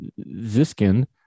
Ziskin